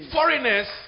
Foreigners